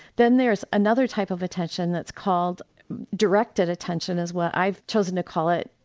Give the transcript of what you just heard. then there's another type of attention that's called directed attention, is what i've chosen to call it,